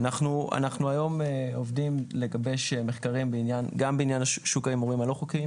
אנחנו היום עובדים לגבש מחקרים גם בעניין שוק ההימורים הלא חוקיים